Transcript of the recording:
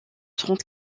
trente